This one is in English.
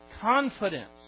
confidence